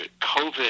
covid